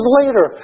later